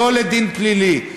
לא לדין פלילי,